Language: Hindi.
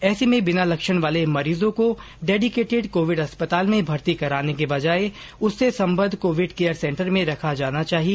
ऐसे में बिना लक्षण वाले मरीजों को डेडीकेटेड कोविड अस्पताल में भर्ती करने के बजाय उससे सम्बद्ध कोविड केयर सेंटर में रखा जाना चाहिए